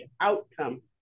outcome